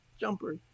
jumper